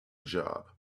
job